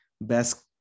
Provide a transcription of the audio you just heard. best